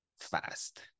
fast